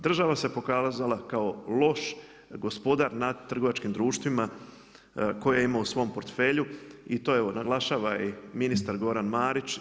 Država se pokazala kao loš gospodar nad trgovačkim društvima, koji imamo u svom portfelju i to je evo naglašava ministar Goran Marić.